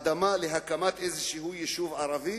אדמה להקמת איזשהו יישוב ערבי?